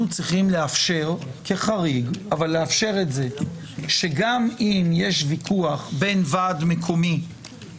צריכים לאפשר כחריג שגם אם יש ויכוח בין ועד מקומי